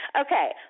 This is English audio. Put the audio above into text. Okay